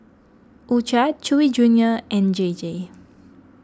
U Cha Chewy Junior and J J